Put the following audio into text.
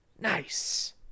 Nice